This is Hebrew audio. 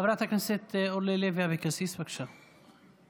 חברת הכנסת אורלי לוי אבקסיס, בבקשה.